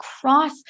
cross